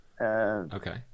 Okay